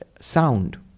sound